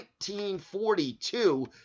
1942